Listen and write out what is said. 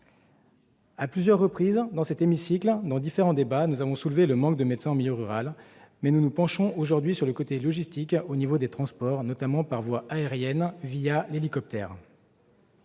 À plusieurs reprises dans cet hémicycle, au cours de différents débats, nous avons souligné le manque de médecins en milieu rural. Nous nous penchons aujourd'hui sur l'aspect logistique et sur la question des transports, notamment par voie aérienne, l'hélicoptère.